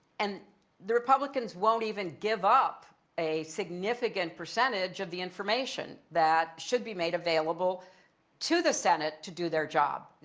and the republicans won't even give up a significant percentage of the information that should be made available to the senate to do their job. you